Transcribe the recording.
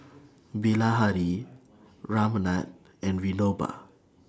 Bilahari Ramnath and Vinoba